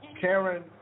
Karen